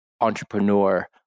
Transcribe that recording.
entrepreneur